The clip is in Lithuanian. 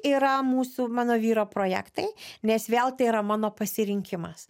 yra mūsų mano vyro projektai nes vėl tai yra mano pasirinkimas